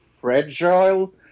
fragile